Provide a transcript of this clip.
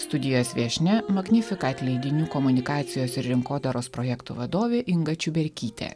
studijos viešnia magnifikat leidinių komunikacijos ir rinkodaros projektų vadovė inga čiuberkytė